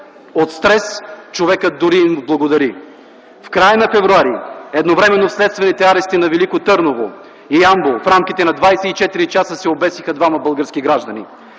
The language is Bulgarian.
От стрес човекът дори им благодари. В края на м. февруари, едновременно в следствените арести на Велико Търново и Ямбол в рамките на 24 ч. се обесиха двама български граждани.